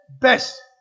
best